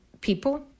people